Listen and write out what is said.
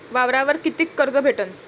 वावरावर कितीक कर्ज भेटन?